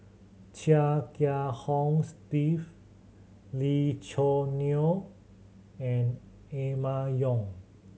Chia Kiah Hong Steve Lee Choo Neo and Emma Yong